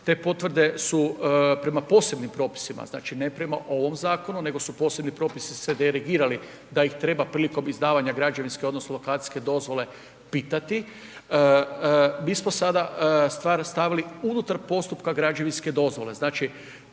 te potvrde su prema posebnim propisima znači ne prema ovom zakonu nego su posebni propisi se derogirali da ih treba prilikom izdavanja građevinske odnosno lokacijske dozvole pitati. Mi smo stvar stavili unutar postupka građevinske dozvole, znači